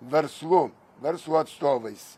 verslu verslo atstovais